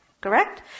Correct